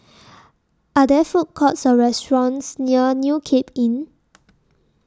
Are There Food Courts Or restaurants near New Cape Inn